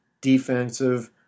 defensive